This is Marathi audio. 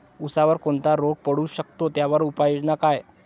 ऊसावर कोणता रोग पडू शकतो, त्यावर उपाययोजना काय?